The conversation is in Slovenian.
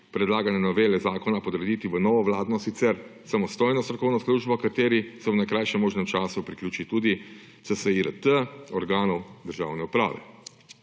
predlagane novele zakona podrediti v novo vladno, sicer samostojno strokovno službo, ki se ji v najkrajšem možnem času priključi tudi CSIRT organ državne uprave.